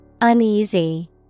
Uneasy